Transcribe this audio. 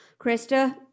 Krista